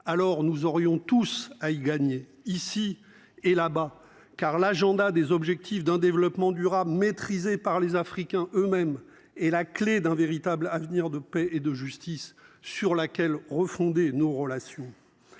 Alors nous aurions tous à y gagner ici et là-bas car l'agenda des objectifs d'un développement durable, maîtrisé par les Africains eux-mêmes et la clé d'un véritable avenir de paix et de justice sur laquelle refonder nos relations.